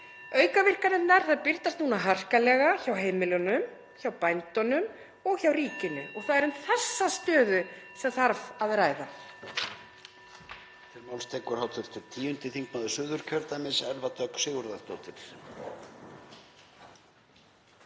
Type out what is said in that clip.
Aukaverkanirnar birtast núna harkalega hjá heimilunum, hjá bændunum og hjá ríkinu. Það er um þessa stöðu sem þarf að ræða.